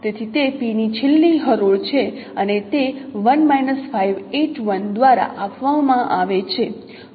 તેથી તે P ની છેલ્લી હરોળ છે અને તે 1 581 દ્વારા આપવામાં આવે છે